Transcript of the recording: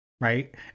Right